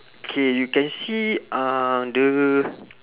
okay you can see uh the